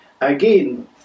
again